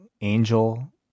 angel